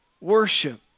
worship